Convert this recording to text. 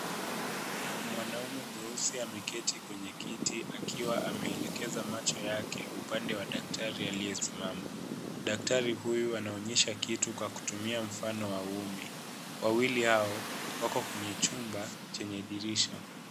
Mwanaume mweusi ameketi kwenye kiti akiwa ameelekeza macho yake upande wa daktrari huyu anaonyesha kitu kwakutumia mfano wa uume. Wawili hao wako kwenye chumba chenye dirisha.